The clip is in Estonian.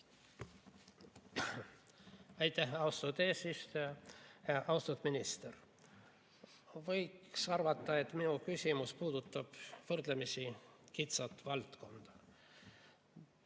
Aitäh, austatud eesistuja! Austatud minister! Võiks arvata, et minu küsimus puudutab võrdlemisi kitsast valdkonda.